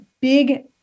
big